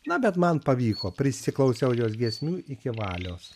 na bet man pavyko prisiklausiau jos giesmių iki valios